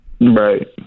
Right